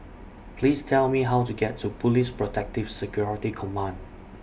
Please Tell Me How to get to Police Protective Security Command